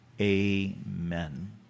amen